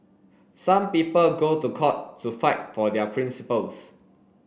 some people go to court to fight for their principles